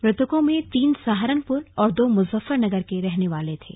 मृतकों में तीन सहारनपुर और दो मुजफ्फरनगर के रहने वाले थे